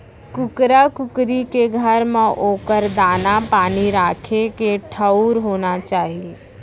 कुकरा कुकरी के घर म ओकर दाना, पानी राखे के ठउर होना चाही